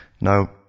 Now